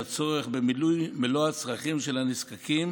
הצורך במילוי מלוא הצרכים של הנזקקים